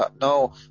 no